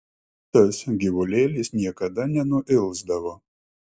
tas gyvulėlis niekada nenuilsdavo